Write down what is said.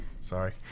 Sorry